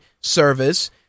service